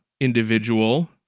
individual